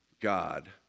God